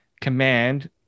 command